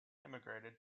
emigrated